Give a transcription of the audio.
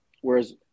Whereas